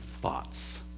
thoughts